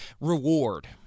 reward